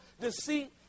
deceit